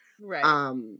right